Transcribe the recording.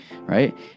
right